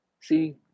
see